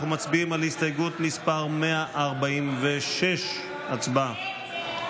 אנחנו מצביעים על הסתייגות מס' 146. הצבעה.